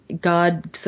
God